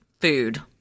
food